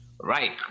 Right